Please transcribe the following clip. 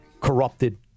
Corrupted